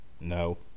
No